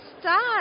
start